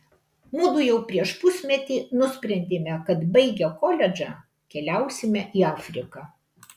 mudu jau prieš pusmetį nusprendėme kad baigę koledžą keliausime į afriką